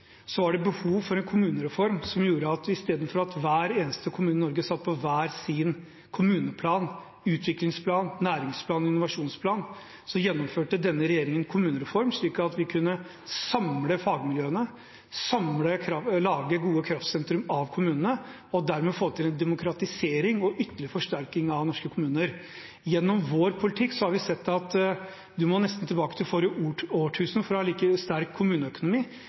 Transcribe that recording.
var det behov for en kommunereform. Istedenfor at hver eneste kommune i Norge satt på hver sin kommuneplan, utviklingsplan, næringsplan eller innovasjonsplan, gjennomførte denne regjeringen en kommunereform, slik at vi kunne samle fagmiljøene, lage gode kraftsentre av kommunene og dermed få til demokratisering og ytterligere forsterking av norske kommuner. Gjennom vår politikk har vi sett at man nesten må tilbake til forrige årtusen for å ha en like sterk kommuneøkonomi.